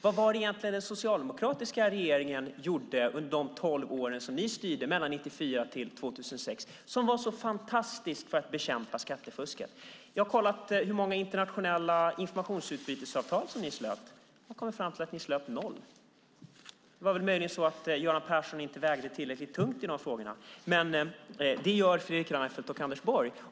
Vad var det egentligen den socialdemokratiska regeringen gjorde under de tolv år som ni styrde mellan 1994 och 2006 som var så fantastiskt för att bekämpa skattefusket? Jag har kollat hur många internationella informationsutbytesavtal ni slöt och kommit fram till att ni slöt noll. Det var möjligen så att Göran Persson inte vägde tillräckligt tungt i de frågorna. Men det gör Fredrik Reinfeldt och Anders Borg.